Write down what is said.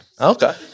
Okay